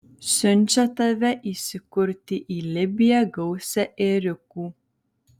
siunčia tave įsikurti į libiją gausią ėriukų